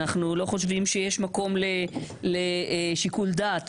אנחנו לא חושבים שיש מקום לשיקול דעת